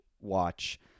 watch